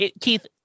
Keith